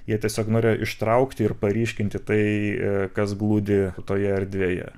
jie tiesiog norėjo ištraukti ir paryškinti tai kas glūdi toje erdvėje